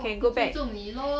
我不尊重你 lor